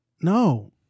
no